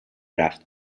رفت